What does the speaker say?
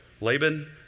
Laban